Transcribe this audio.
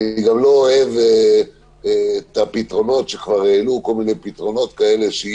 אני לא אוהב את הפתרונות שכבר העלו, שיהיה